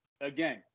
Again